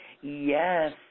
Yes